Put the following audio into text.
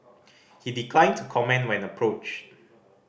he declined to comment when approached